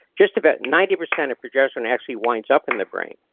just about ninety percent of progesterone actually winds up in the brain,